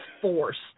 forced